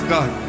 God